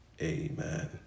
Amen